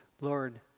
Lord